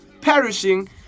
perishing